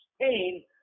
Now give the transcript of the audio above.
pain